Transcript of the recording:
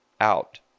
out